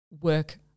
work